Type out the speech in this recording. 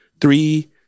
three